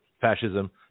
fascism